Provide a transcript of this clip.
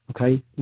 Okay